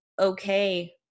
okay